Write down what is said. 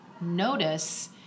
notice